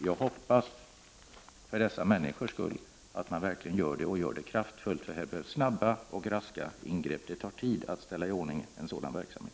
Jag hoppas för dessa människors skull att man verkligen gör det och att man gör det kraftfullt. Här behövs snabba och raska ingrepp. Det tar sin tid att ställa i ordning en sådan verksamhet.